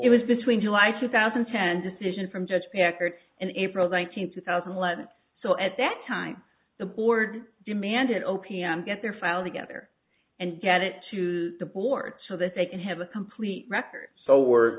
it was between july two thousand and ten decision from judge packard and april nineteenth two thousand and eleven so at that time the board demanded o p m get their file together and get it to the board so that they could have a complete record so we're